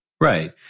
Right